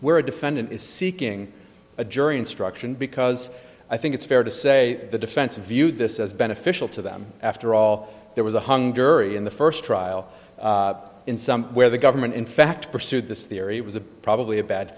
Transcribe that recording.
where a defendant is seeking a jury instruction because i think it's fair to say the defense viewed this as beneficial to them after all there was a hung jury in the first trial in some where the government in fact pursued this theory was a probably a bad